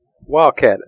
Wildcat